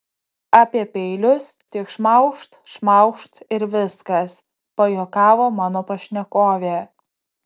apie peilius tik šmaukšt šmaukšt ir viskas pajuokavo mano pašnekovė